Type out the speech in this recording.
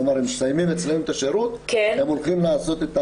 כלומר הם מסיימים אצלנו את השירות והם הולכים לעשות את הדברים.